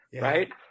Right